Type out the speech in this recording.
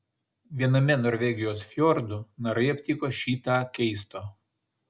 viename norvegijos fjordų narai aptiko šį tą keisto